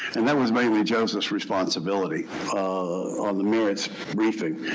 and that was maybe joseph's responsibility on the merits, briefing.